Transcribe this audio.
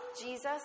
Jesus